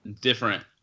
different